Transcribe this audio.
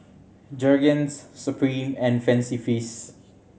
Jergens Supreme and Fancy Feast